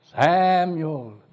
Samuel